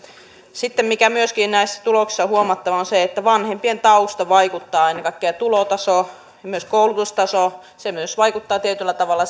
sitten mikä myöskin näissä tuloksissa on huomattava on se että vanhempien tausta vaikuttaa ennen kaikkea tulotaso ja myös koulutustaso se vaikuttaa tietyllä tavalla